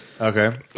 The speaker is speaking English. Okay